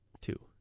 Two